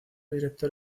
director